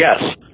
yes